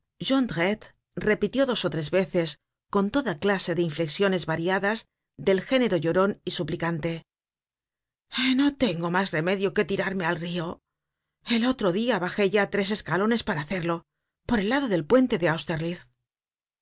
repitió dos ó tres veces con toda clase de inflexiones variadas del género lloron y suplicante no tengo mas remedio que tirarme al rio el otro dia bajé ya tres escalones para hacerlo por el lado del puente de